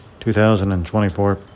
2024